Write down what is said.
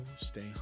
stay